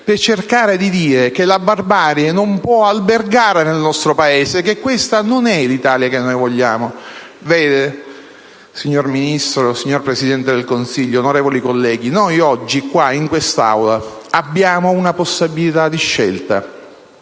per cercare di dire che la barbarie non può albergare nel nostro Paese e che questa non è l'Italia che noi vogliamo. Vedete, signor Ministro, signor Presidente del Consiglio, onorevoli colleghi, noi oggi, in quest'Aula, abbiamo una possibilità di scelta.